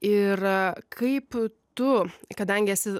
ir kaip tu kadangi esi